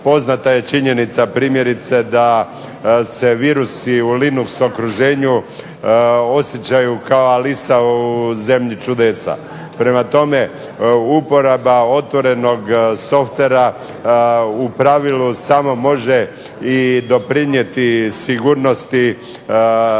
Poznata je činjenica primjerice da se virusi u Linux okruženju osjećaju kao Alisa u zemlji čudesa. Prema tome, uporaba otvorenog softvera u pravilu samo može i doprinijeti sigurnosti